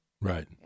Right